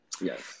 Yes